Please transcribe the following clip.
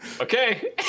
Okay